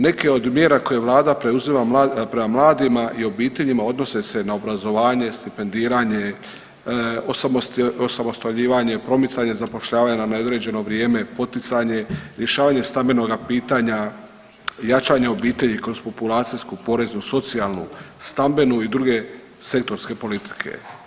Neke od mjera koje vlada preuzima prema mladima i obiteljima odnose se na obrazovanje, stipendiranje, osamostaljivanje, promicanje zapošljavanja na neodređeno vrijeme, poticanje, rješavanje stambenoga pitanja, jačanja obitelji kroz populacijsku poreznu, socijalnu, stambenu i druge sektorske politike.